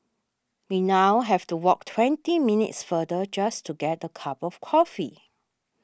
we now have to walk twenty minutes farther just to get a cup of coffee